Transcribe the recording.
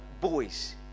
boys